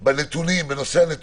אני צריך, באמת, את אנשי המקצוע.